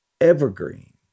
evergreen